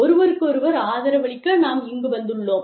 ஒருவருக்கொருவர் ஆதரவளிக்க நாம் இங்கு வந்துள்ளோம்